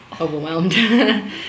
overwhelmed